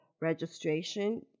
registration